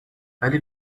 ولی